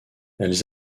elles